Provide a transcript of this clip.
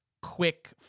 quick